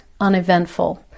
uneventful